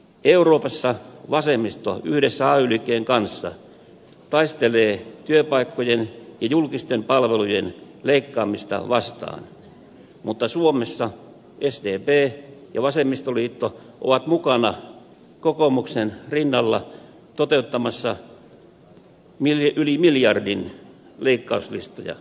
euroopassa vasemmisto yhdessä ay liikkeen kanssa taistelee työpaikkojen ja julkisten palvelujen leikkaamista vastaan mutta suomessa sdp ja vasemmistoliitto ovat mukana kokoomuksen rinnalla toteuttamassa yli miljardin leikkauslistoja